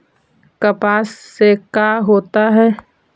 कपास से का होता है?